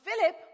Philip